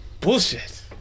Bullshit